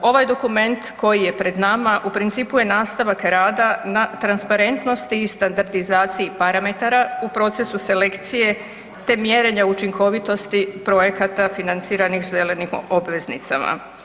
Ovaj dokument koji je pred nama u principu je nastavak rada na transparentnosti i standardizaciji parametara u procesu selekcije te mjerenja učinkovitosti projekata financiranih zelenih obveznicama.